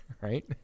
Right